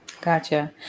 gotcha